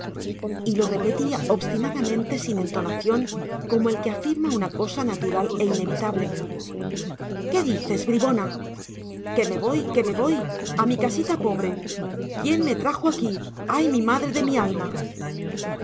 y lo repetía obstinadamente sin entonación como el que afirma una cosa natural e inevitable qué dices bribona que me voy que me voy a mi casita pobre quién me trajo aquí ay mi madre de mi alma